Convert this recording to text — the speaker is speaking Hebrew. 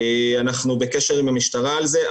אנחנו בקשר עם המשטרה על זה,